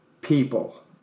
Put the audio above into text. people